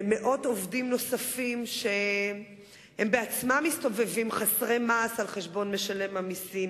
במאות עובדים נוספים שהם עצמם מסתובבים חסרי מעש על חשבון משלם המסים?